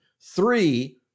Three